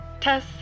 Tess